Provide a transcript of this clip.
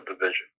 division